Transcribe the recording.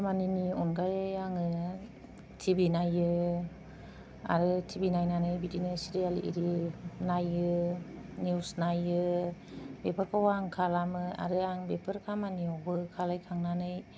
खामानिनि अनगायै आङो टि भि नायो आरो टि भि नायनानै बिदिनो सिरियाल आरि नायो न्युस नायो बेफोरखौ आं खालामो आरो आं बेफोर खामानियावबो खालामखांनानै